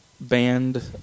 band